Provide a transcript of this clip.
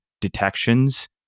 detections